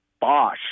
Bosch